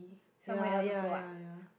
ya ya ya ya